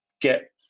get